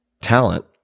talent